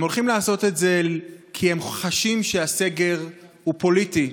הם הולכים לעשות את זה כי הם חשים שהסגר הוא פוליטי,